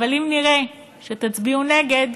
אבל אם נראה שתצביעו נגד,